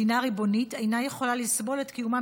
מדינה ריבונית אינה יכולה לסבול את קיומם